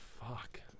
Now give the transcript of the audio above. Fuck